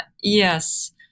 yes